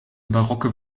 barocke